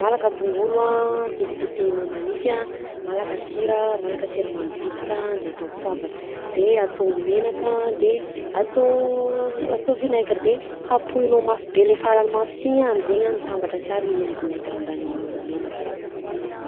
malaka tongolo a tetitehinao manify a malaka sira malaka siramamy bitsika de atao poivre de atao menaka de atao atao vinaigre de kapohina mafy be le farany mafy si iny amizay mitambatra tsara vinaigre mbany menaka.